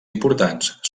importants